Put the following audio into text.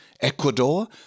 Ecuador